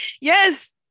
Yes